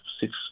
six